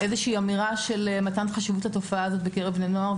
זוהי איזו שהיא אמירה של מתן חשיבות לתופעה הזו בקרב בני נוער,